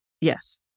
Yes